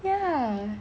ya